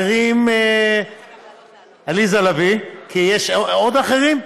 ואחרים, עליזה לביא, יש עוד אחרים?